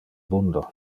mundo